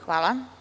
Hvala.